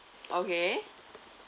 okay